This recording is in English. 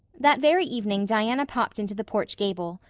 that very evening diana popped into the porch gable,